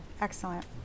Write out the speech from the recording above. excellent